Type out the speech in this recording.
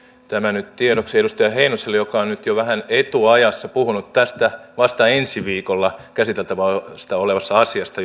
tämä nyt tiedoksi edustaja heinoselle joka on nyt vähän etuajassa puhunut jo pariinkin otteeseen tästä vasta ensi viikolla käsiteltävänä olevasta asiasta